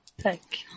Thank